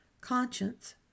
Conscience